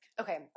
Okay